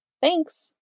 Thanks